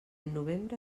novembre